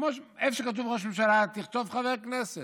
איפה שכתוב "ראש ממשלה" תכתוב "חבר כנסת".